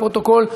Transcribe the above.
לפרוטוקול,